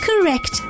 correct